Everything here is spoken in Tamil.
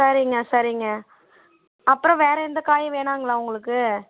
சரிங்க சரிங்க அப்புறோம் வேறு எந்த காயும் வேணாங்களா உங்களுக்கு